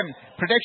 protection